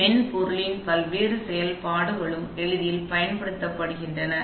எனவே மென்பொருளின் பல்வேறு செயல்பாடுகளும் எளிதில் பயன்படுத்தப்படுகின்றன